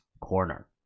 corner